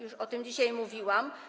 Już o tym dzisiaj mówiłam.